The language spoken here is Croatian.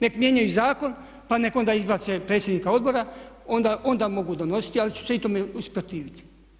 Nek' mijenjaju zakon pa nek' onda izbace predsjednika odbora, onda mogu donositi ali ću se i tome usprotiviti.